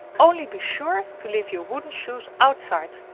only be sure to leave your wooden shoes outside,